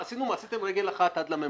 --- עשיתם רגל אחת עד לממוצע.